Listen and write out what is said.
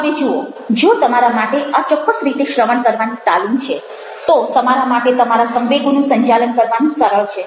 હવે જુઓ જો તમારા માટે આ ચોક્કસ રીતે શ્રવણ કરવાની તાલીમ છે તો તમારા માટે તમારા સંવેગોનું સંચાલન કરવાનું સરળ છે